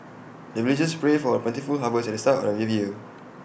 the villagers pray for plentiful harvest at the start of every year